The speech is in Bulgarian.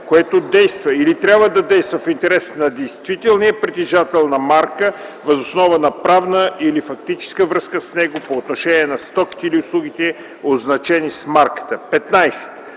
което действа или трябва да действа в интерес на действителния притежател на марка въз основа на правна или фактическа връзка с него по отношение на стоките или услугите, означени с марката.